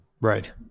right